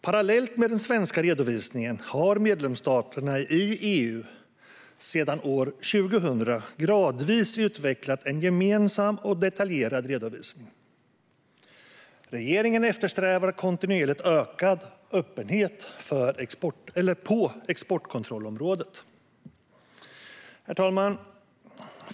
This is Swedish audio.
Parallellt med den svenska redovisningen har medlemsstaterna i EU sedan år 2000 gradvis utvecklat en gemensam och detaljerad redovisning. Regeringen eftersträvar kontinuerligt ökad öppenhet på exportkontrollområdet. Herr talman!